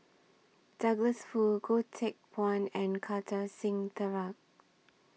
Douglas Foo Goh Teck Phuan and Kartar Singh Thakral